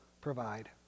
provide